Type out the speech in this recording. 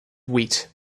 wheat